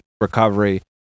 recovery